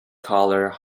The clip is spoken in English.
color